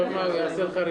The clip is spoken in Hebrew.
אבל לא סיכומי ביניים,